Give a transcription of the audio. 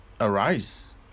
arise